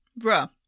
Bruh